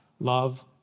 Love